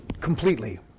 completely